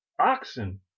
oxen